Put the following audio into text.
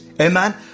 amen